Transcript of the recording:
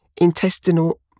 intestinal